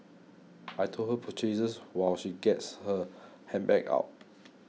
I hold her purchases while she gets her handbag out